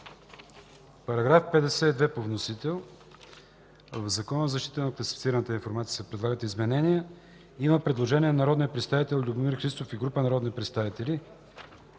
В § 52 по вносител в Закона за защита на класифицираната информация се предлагат изменения. Има предложение на народния представител Любомир Христов и група народни представители,